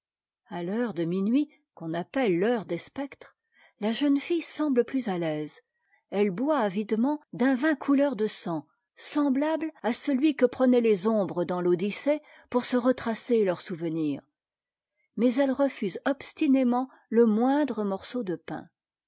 a l'heure de minuit qu'on appelle l'heure des spectres la jeune fille semble plus à l'aise elle boit avidement d'un vin couleur de sang semblame à celui que prenaient les ombres dans l'odyssée pour se retracer leurs souvenirs mats elle refuse obstinément le moindre morceau de pain